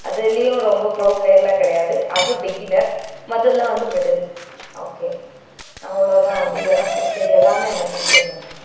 அதுலேயும் ரொம்ப ப்ரோ பிளேயரெலாம் கிடையாது அது பிகினர் மற்றதெல்லாம் வந்து மிடில் ஓகே அவ்வளோ தான் வந்து எனக்கு பிடிச்ச இது எல்லாமே எனக்கு பிடிச்ச கேம் தான்